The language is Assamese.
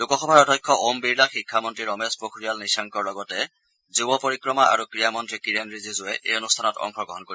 লোকসভাৰ অধ্যক্ষ ওম বিৰলা শিক্ষামন্ত্ৰী ৰমেশ পোখৰিয়াল নিশাংকৰ লগতে যুৱ পৰিক্ৰমা আৰু ক্ৰীড়ামন্ত্ৰী কীৰেন ৰিজিজুৱে এই অনুষ্ঠানত অংশগ্ৰহণ কৰিব